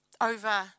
over